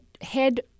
head